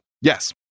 Yes